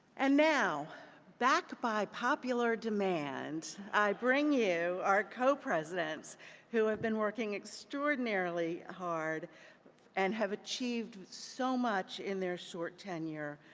and now back by popular demand, i bring you our co-presidents who have been working extraordinarily hard and have achieved so much in their short tenure.